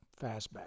Fastback